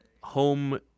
home